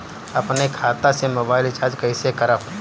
अपने खाता से मोबाइल रिचार्ज कैसे करब?